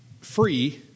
free